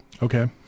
Okay